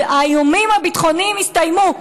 האיומים הביטחוניים הסתיימו.